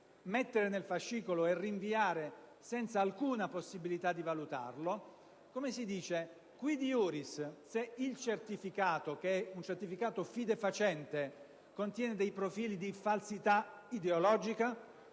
metterlo nel fascicolo e rinviare senza alcuna possibilità di valutarlo), *quid iuris* se il certificato, che è fidefacente, contiene dei profili di falsità ideologica,